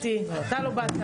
מיכל.